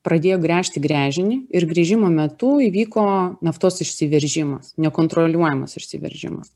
pradėjo gręžti gręžinį ir gręžimo metu įvyko naftos išsiveržimas nekontroliuojamas išsiveržimas